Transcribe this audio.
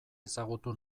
ezagutu